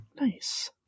Nice